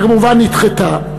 שכמובן נדחתה,